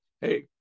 Hey